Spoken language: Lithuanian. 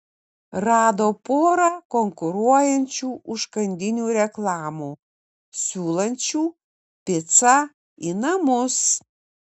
rado porą konkuruojančių užkandinių reklamų siūlančių picą į namus